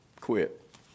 quit